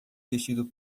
vestido